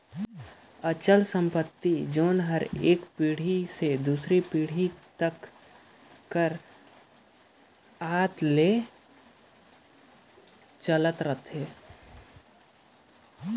अचल संपत्ति होथे जेहर एक पीढ़ी ले दूसर पीढ़ी तक कर आवत ले सरलग चलते आथे